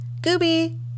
Gooby